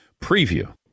preview